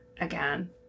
again